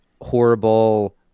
horrible